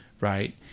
Right